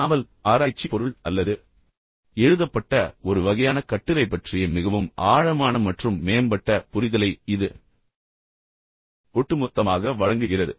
நாவல் ஆராய்ச்சி பொருள் அல்லது எழுதப்பட்ட ஒரு வகையான கட்டுரை பற்றிய மிகவும் ஆழமான மற்றும் மேம்பட்ட புரிதலை இது ஒட்டுமொத்தமாக வழங்குகிறது